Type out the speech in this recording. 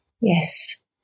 Yes